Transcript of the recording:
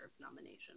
nomination